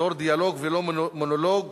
ליצור דיאלוג ולא מונולוג